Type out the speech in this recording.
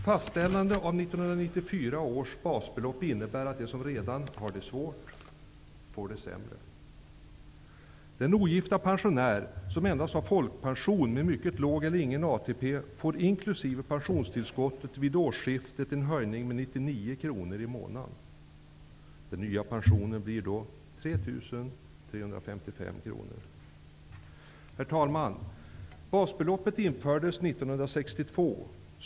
Fastställandet av 1994 års basbelopp innebär att de som redan har det svårt får det sämre. Herr talman! Basbeloppet infördes 1962.